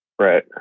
Right